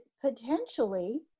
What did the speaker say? potentially